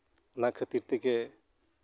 ᱚᱱᱟ ᱠᱷᱟᱹᱛᱤᱨ ᱛᱮᱜᱮ